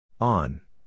On